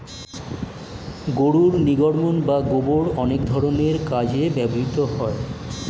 গরুর নির্গমন বা গোবর অনেক ধরনের কাজে ব্যবহৃত হয়